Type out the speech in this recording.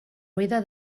buida